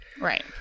Right